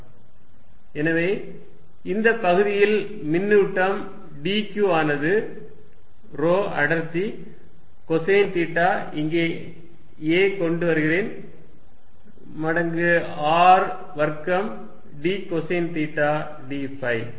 acosθ எனவே இந்த பகுதியில் மின்னூட்டம் dQ ஆனது ρ அடர்த்தி கொசைன் தீட்டா இங்கே a கொண்டு வருகிறேன் மடங்கு R வர்க்கம் d கொசைன் தீட்டா dφ